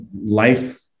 life